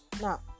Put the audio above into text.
Now